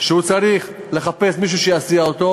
הוא צריך לחפש מישהו שיסיע אותו,